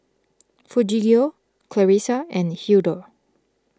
Refugio Clarissa and Hildur